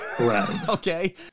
Okay